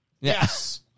Yes